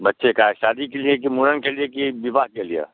बच्चे का शादी के लिये कि मुंडन के लिये कि विवाह के लिये